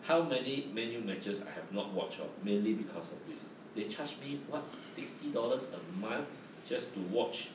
how many man U matches I have not watch orh mainly because of this they charged me what sixty dollars a month just to watch